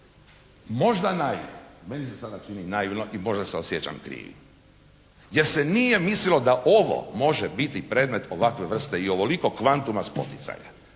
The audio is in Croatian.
Možda naivno, meni se sada čini naivno i možda se osjećam krivim jer se nije mislilo da ovo može biti predmet ovakve vrste i ovolikog kvantuma spoticanja